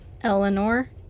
Eleanor